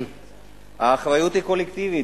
האחריות היא קולקטיבית.